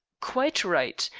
quite right.